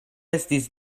estis